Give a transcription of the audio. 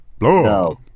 No